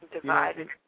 divided